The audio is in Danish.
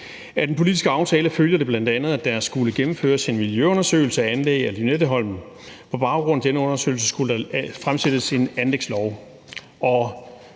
Af den politisk aftale følger det bl.a., at der skulle gennemføres en miljøundersøgelse af anlæg af Lynetteholmen. På baggrund af denne undersøgelse skulle der fremsættes forslag om